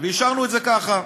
והשארנו את זה ככה.